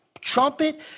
Trumpet